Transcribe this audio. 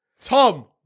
Tom